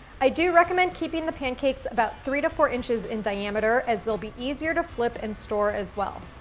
i do recommend keeping the pancakes about three to four inches in diameter, as they'll be easier to flip and store, as well.